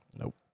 Nope